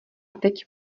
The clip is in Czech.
teď